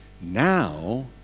now